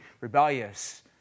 rebellious